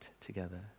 together